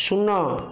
ଶୂନ